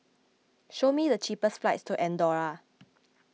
show me the cheapest flights to andorra